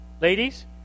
ladies